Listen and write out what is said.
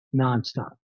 nonstop